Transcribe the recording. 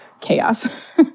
chaos